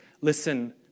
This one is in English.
listen